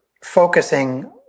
focusing